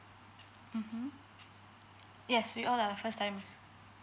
mmhmm yes we all are first timers